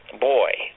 boy